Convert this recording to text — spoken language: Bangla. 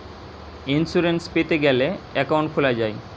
ইইন্সুরেন্স পেতে গ্যালে একউন্ট খুলা যায়